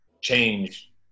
change